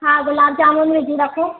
हा गुलाब जामुन विझी रखो